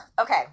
Okay